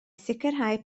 sicrhau